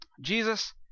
Jesus